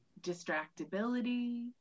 distractibility